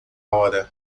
hora